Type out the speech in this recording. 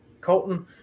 Colton